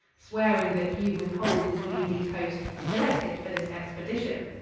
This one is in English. swearing that you with-hold his leuied hoast, collected for this expidition